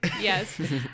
Yes